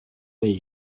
way